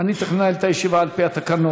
אני צריך לנהל את הישיבה על פי התקנון.